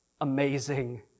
amazing